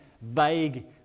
vague